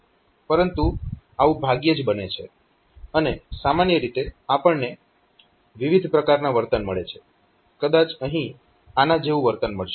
પરંતુ આવું ભાગ્યે જ બને છે અને સામાન્ય રીતે આપણને વિવિધ પ્રકારના વર્તન મળે છે કદાચ અહીં આના જેવું વર્તન મળશે